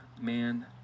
man